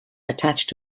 attached